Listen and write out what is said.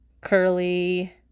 curly